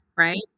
Right